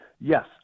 Yes